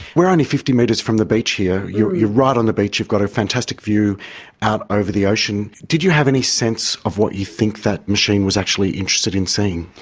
we're only fifty metres from the beach here. you're you're right on the beach, you've got a fantastic view out over the ocean. did you have any sense of what you think that machine was actually interested in seeing?